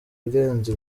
birenze